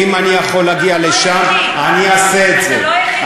ואם אני יכול להגיע לשם, אני אעשה את זה.